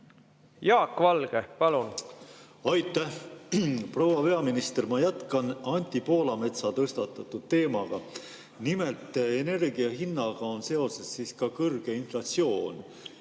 Jaak Valge, palun! Aitäh! Proua peaminister! Ma jätkan Anti Poolametsa tõstatatud teemaga. Nimelt, energia hinnaga on seotud kõrge inflatsioon.